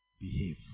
Behave